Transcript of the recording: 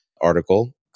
article